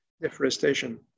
deforestation